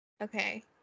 Okay